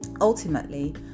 Ultimately